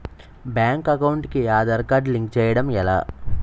Bank account కి Aadhaar card link చేయడం ఎలా?